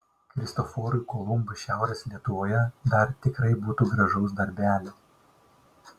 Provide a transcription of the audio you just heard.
kristoforui kolumbui šiaurės lietuvoje dar tikrai būtų gražaus darbelio